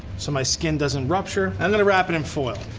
so my skin doesn't rupture. and then i wrap it in foil.